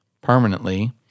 permanently